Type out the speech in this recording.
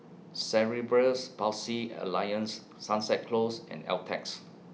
Cerebral Palsy Alliance Sunset Close and Altez